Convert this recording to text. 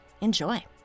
Enjoy